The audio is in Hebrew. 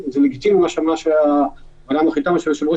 היא מחליטה לעשות את האיזונים שלה בין שיקולים